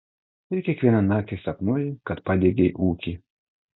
ir kiekvieną naktį sapnuoji kad padegei ūkį